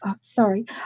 sorry